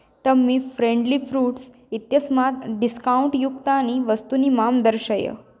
tummy friendly fruits इत्यस्मात् discount युक्तानि वस्तुनि मां दर्शय